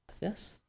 Yes